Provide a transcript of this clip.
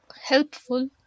helpful